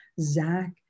Zach